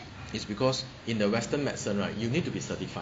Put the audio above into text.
it's because in the western medicine right you need to be certified